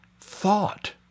thought